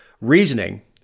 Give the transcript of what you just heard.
reasoning